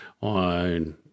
on